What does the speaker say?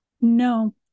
No